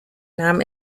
nahm